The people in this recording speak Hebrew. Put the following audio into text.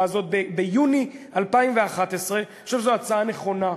הזאת ביוני 2011. אני חושב שזו הצעה נכונה,